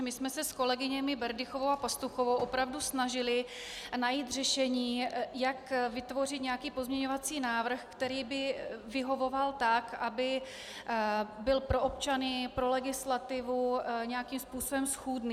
My jsme se s kolegyněmi Berdychovou a Pastuchovou opravdu snažily najít řešení, jak vytvořit nějaký pozměňovací návrh, který by vyhovoval tak, aby byl pro občany, pro legislativu nějakým způsobem schůdný.